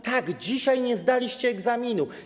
Tak, dzisiaj nie zdaliście egzaminu.